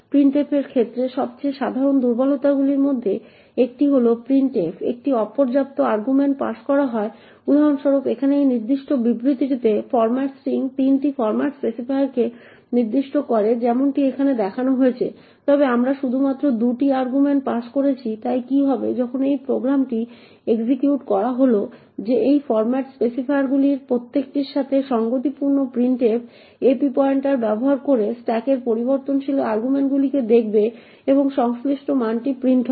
printf এর ক্ষেত্রে সবচেয়ে সাধারণ দুর্বলতাগুলির মধ্যে একটি হল প্রিন্টএফ এ একটি অপর্যাপ্ত আর্গুমেন্ট পাস করা হয় উদাহরণস্বরূপ এখানে এই নির্দিষ্ট বিবৃতিতে ফর্ম্যাট স্ট্রিং 3টি ফর্ম্যাট স্পেসিফায়ারকে নির্দিষ্ট করে যেমনটি এখানে দেখা হয়েছে তবে আমরা শুধুমাত্র 2টি আর্গুমেন্ট পাস করছি তাই কি হবে যখন এই প্রোগ্রামটি এক্সিকিউট করা হল যে এই ফরম্যাট স্পেসিফায়ারগুলির প্রত্যেকটির সাথে সঙ্গতিপূর্ণ printf ap পয়েন্টার ব্যবহার করে স্ট্যাকের পরিবর্তনশীল আর্গুমেন্টগুলি দেখবে এবং সংশ্লিষ্ট মানটি প্রিন্ট করবে